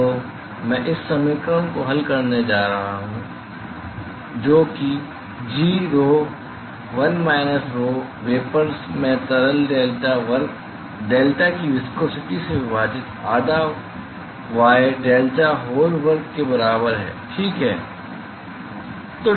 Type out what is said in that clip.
तो मैं इस समीकरण को हल कर सकता हूं जो कि grho 1 माइनस rho वेपर में तरल डेल्टा वर्ग डेल्टा की विस्कोसिटी से विभाजित आधा y डेल्टा होल वर्ग के बराबर है ठीक है